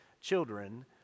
children